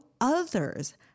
others